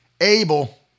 Abel